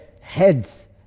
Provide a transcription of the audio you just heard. heads